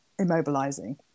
immobilizing